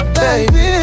baby